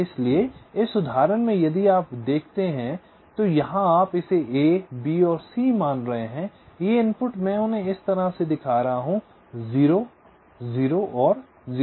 इसलिए इस उदाहरण में यदि आप देखते हैं तो यहां आप इसे ए बी सी मान रहे हैं ये इनपुट मैं उन्हें इस तरह दिखा रहा हूं 0 0 और 06